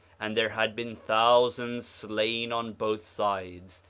and there had been thousands slain on both sides,